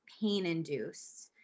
pain-induced